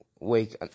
wait